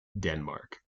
denmark